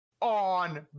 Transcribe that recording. on